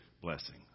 blessing